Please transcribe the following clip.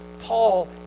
Paul